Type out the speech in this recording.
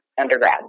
undergrad